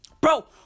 Bro